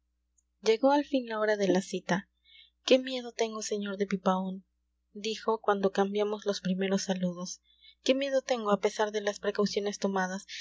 llegó al fin la hora de la cita qué miedo tengo sr de pipaón dijo cuando cambiamos los primeros saludos qué miedo tengo a pesar de las precauciones tomadas